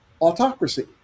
autocracy